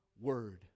word